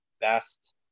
best